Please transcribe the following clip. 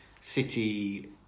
City